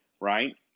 right